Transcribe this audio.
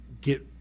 get